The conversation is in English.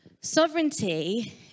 Sovereignty